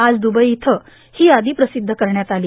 आज दुबई इथं ही यादी प्रसिद्ध करण्यात आली